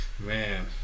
Man